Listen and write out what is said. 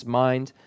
mind